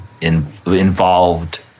involved